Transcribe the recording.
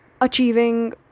achieving